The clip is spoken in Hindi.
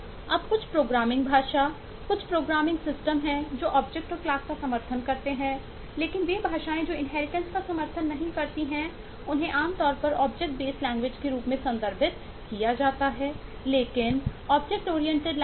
अब कुछ प्रोग्रामिंग भाषा कुछ प्रोग्रामिंग सिस्टम हैं और यह वह है जो आप उपयोग करेंगे